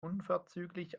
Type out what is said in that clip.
unverzüglich